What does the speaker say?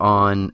on